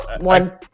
one